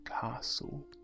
Castle